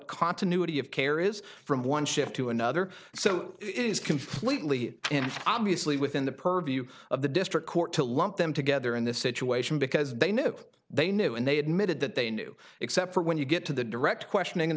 continuity of care is from one shift to another so it is completely obviously within the purview of the district court to lump them together in this situation because they knew they knew and they admitted that they knew except for when you get to the direct questioning